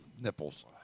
Nipples